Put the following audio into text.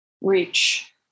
reach